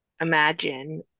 imagine